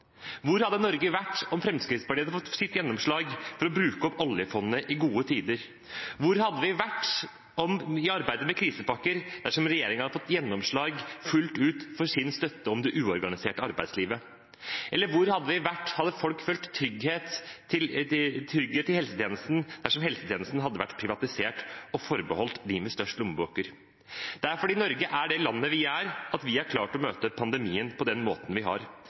Hvor hadde Norge vært om Fremskrittspartiet hadde fått sitt gjennomslag for å bruke opp oljefondet i gode tider? Hvor hadde vi vært i arbeidet med krisepakker dersom regjeringen hadde fått gjennomslag fullt ut for sin støtte til det uorganiserte arbeidslivet? Hvor hadde vi vært og hadde folk følt trygghet i helsetjenesten dersom helsetjenesten hadde vært privatisert og forbeholdt dem med størst lommebøker? Det er fordi Norge er det landet det er, at vi har klart å møte pandemien på den måten vi har.